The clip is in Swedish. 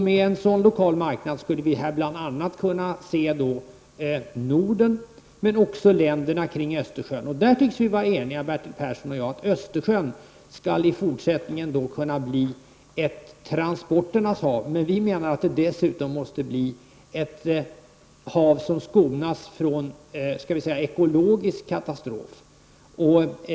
Med en sådan lokal marknad avser vi bl.a. Norden, men också länderna kring Östersjön. Bertil Persson och jag tycks vara överens om att Östersjön i fortsättningen skall kunna bli ett transporternas hav. Men vi i miljöpartiet menar att Östersjön dessutom måste skonas från ekologisk katastrof.